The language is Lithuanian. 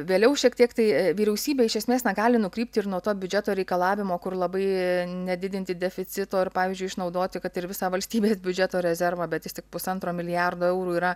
vėliau šiek tiek tai vyriausybė iš esmės na gali nukrypti nuo to biudžeto reikalavimo kur labai nedidinti deficito ir pavyzdžiui išnaudoti kad ir visą valstybės biudžeto rezervą bet jis tik pusantro milijardo eurų yra